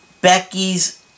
Becky's